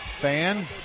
Fan